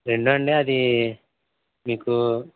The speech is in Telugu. రెండూ అండి అదీ మీకూ